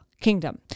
kingdom